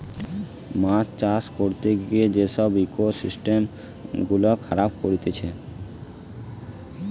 মাছ চাষ করতে গিয়ে সব ইকোসিস্টেম গুলা খারাব করতিছে